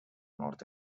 north